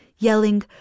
yelling